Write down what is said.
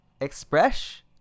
Express